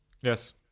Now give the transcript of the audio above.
yes